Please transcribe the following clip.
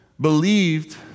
believed